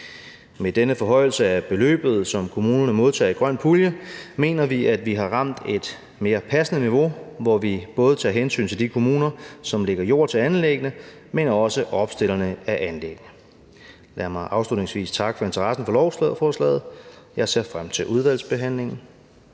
Med denne forhøjelse af det beløb, som kommunerne modtager via grøn pulje, mener vi, at vi har ramt et mere passende niveau, hvor vi både tager hensyn til de kommuner, som lægger jord til anlæggene, men også til opstillerne af anlægget. Lad mig afslutningsvis takke for interessen for lovforslaget. Jeg ser frem til udvalgsbehandlingen.